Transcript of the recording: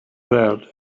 that